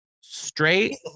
Straight